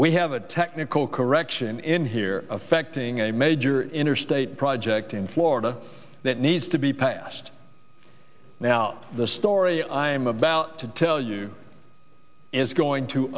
we have a technical correction in here affecting a major interstate project in florida that needs to be passed now the story i am about to tell you is going to